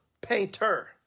painter